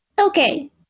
Okay